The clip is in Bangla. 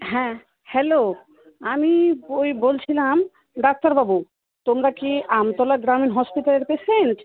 হ্যাঁ হ্যালো আমি ওই বলছিলাম ডাক্তারবাবু তোমরা কি আমতলা গ্রামের হসপিটালের পেশেন্ট